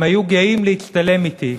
הם היו גאים להצטלם אתי,